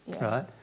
Right